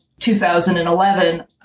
2011